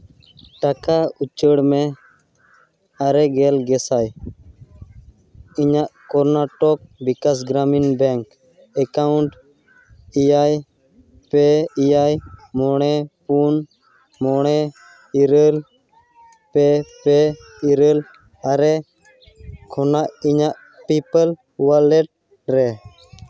ᱴᱟᱠᱟ ᱩᱪᱟᱹᱲ ᱢᱮ ᱟᱨᱮ ᱜᱮᱞ ᱜᱮᱥᱟᱭ ᱤᱧᱟᱹᱜ ᱠᱚᱨᱱᱟᱴᱚᱠ ᱵᱤᱠᱟᱥ ᱜᱨᱟᱢᱤᱱ ᱵᱮᱝᱠ ᱮᱠᱟᱣᱩᱱᱴ ᱮᱭᱟᱭ ᱯᱮ ᱮᱭᱟᱭ ᱢᱚᱬᱮ ᱯᱩᱱ ᱢᱚᱬᱮ ᱤᱨᱟᱹᱞ ᱯᱮ ᱯᱮ ᱤᱨᱟᱹᱞ ᱟᱨᱮ ᱠᱷᱚᱱᱟᱜ ᱤᱧᱟᱹᱜ ᱯᱤᱯᱟᱞ ᱚᱣᱟᱞᱮᱴ ᱨᱮ